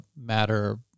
matter